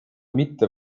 mitte